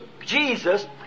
Jesus